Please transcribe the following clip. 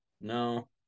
no